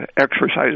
exercise